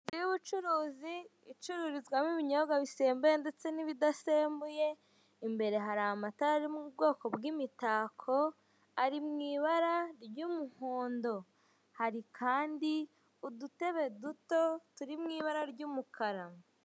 Inzu y'ubucuruzi icururizwamo ibinyobwa bisembuye ndetse n'ibidasembuye imbere hari amatara ari mu bwoko bw'imitako ari mu ibara ry'umuhondo hari kandi udutebe duto turi mu ibara ry'umukara.